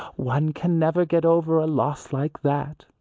one can never get over a loss like that,